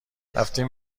رفتیم